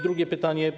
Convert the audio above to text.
Drugie pytanie.